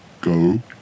go